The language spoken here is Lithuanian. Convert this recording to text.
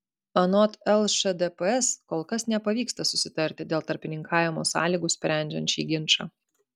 anot lšdps kol kas nepavyksta susitarti dėl tarpininkavimo sąlygų sprendžiant šį ginčą